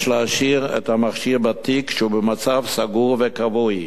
יש להשאיר המכשיר בתיק כשהוא במצב סגור וכבוי.